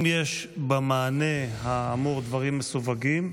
אם יש במענה האמור דברים מסווגים,